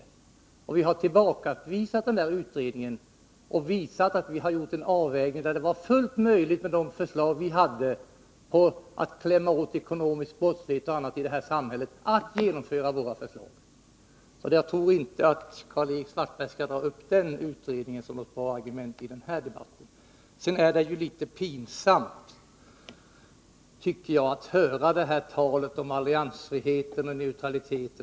Vi har tillbakavisat utredningen och klargjort att vi gjort en avvägning enligt vilken våra förslag om att motverka ekonomisk brottslighet och annat var fullt möjliga att genomföra. Jag tror därför inte att Karl-Erik Svartberg skall föra in den utredningen som ett argument i den här debatten. Sedan vill jag säga att det är litet pinsamt att höra talet om alliansfrihet och neutralitet.